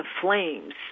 flames